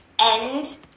end